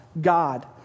God